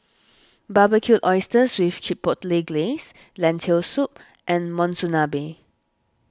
Barbecued Oysters with Chipotle Glaze Lentil Soup and Monsunabe